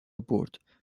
برد